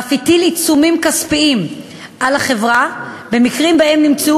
ואף הטיל עיצומים כספיים על החברה במקרים שבהם נמצאו